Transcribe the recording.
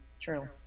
True